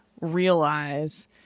realize